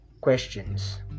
questions